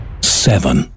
Seven